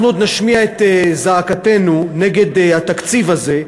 אנחנו עוד נשמיע את זעקתנו נגד התקציב הזה.